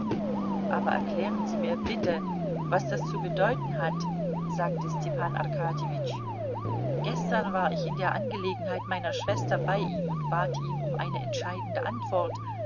aber erklären sie mir bitte was das zu bedeuten hat sagte stepan arkadjewitsch gestern war ich in der angelegenheit meiner schwester bei ihm und bat ihn um eine entscheidende antwort